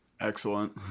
excellent